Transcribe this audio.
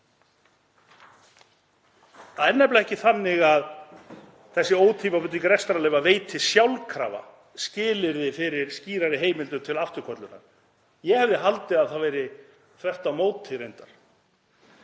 Það er nefnilega ekki þannig að þessi ótímabinding rekstrarleyfa veiti sjálfkrafa skilyrði fyrir skýrari heimildum til afturköllunar. Ég hefði haldið að það væri þvert á móti reyndar.